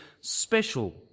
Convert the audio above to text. special